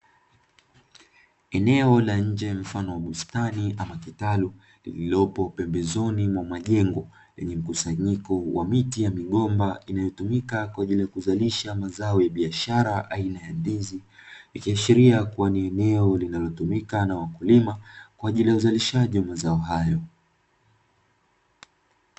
Eneo la nje mfano wa bustani ama kitalu, lililopo pembezoni mwa majengo, lenye mkusanyiko wa miti ya migomba inayotumika kwa ajili ya kuzalisha mazao ya biashara aina ya ndizi, ikiashiria kuwa ni eneo linalotumika na wakulima kwa ajili ya uzalishaji wa mazao hayo.